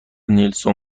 نلسون